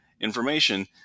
information